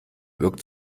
wirkt